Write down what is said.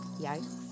Yikes